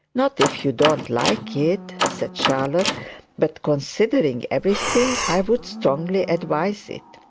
not if you don't like it said charlotte but considering everything, i would strongly advise it.